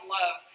love